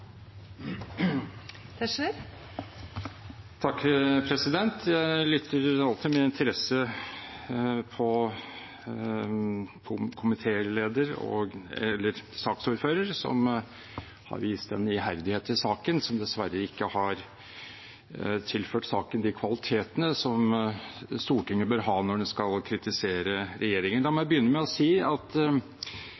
Jeg lytter alltid med interesse til saksordføreren, som har vist en iherdighet i saken som dessverre ikke har tilført den de kvalitetene som Stortinget bør ha når det skal kritisere regjeringen. La meg